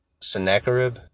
Sennacherib